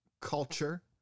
culture